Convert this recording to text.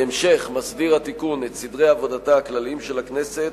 בהמשך מסדיר התיקון את סדרי עבודתה הכלליים של הכנסת,